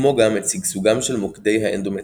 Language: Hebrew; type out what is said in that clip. כמו גם את שגשוגם של מוקדי האנדומטריוזיס,